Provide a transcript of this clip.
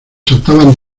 saltaban